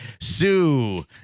Sue